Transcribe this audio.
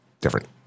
different